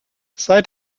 seit